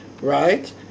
right